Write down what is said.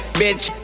bitch